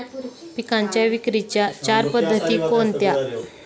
पिकांच्या विक्रीच्या चार पद्धती कोणत्या?